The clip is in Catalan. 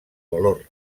valor